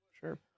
Sure